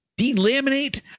delaminate